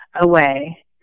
away